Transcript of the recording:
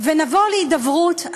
ונבוא להידברות,